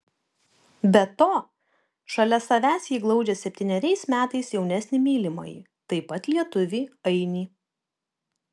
be to šalia savęs ji glaudžia septyneriais metais jaunesnį mylimąjį taip pat lietuvį ainį